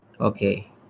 okay